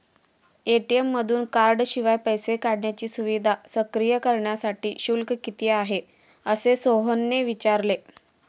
ATM मधून कार्डशिवाय पैसे काढण्याची सुविधा सक्रिय करण्यासाठी शुल्क किती आहे, असे सोहनने विचारले